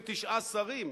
39 שרים.